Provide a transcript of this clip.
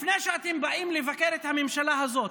לפני שאתם באים לבקר את הממשלה הזאת,